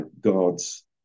God's